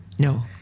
No